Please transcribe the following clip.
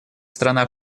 страна